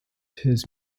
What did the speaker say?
his